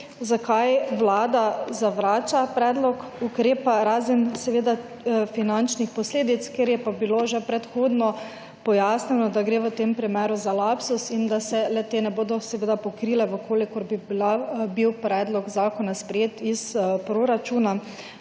zakaj vlada zavrača predlog ukrepa, razen seveda finančnih posledic, kjer je pa bilo že predhodno pojasnjeno, da gre v tem primeru za lapsus in da se le te ne bodo seveda pokrile v kolikor bi bil predlog zakona sprejet iz proračuna,